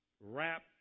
wrap